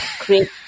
create